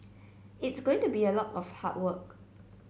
it's going to be a lot of hard work